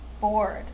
bored